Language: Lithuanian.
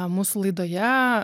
mūsų laidoje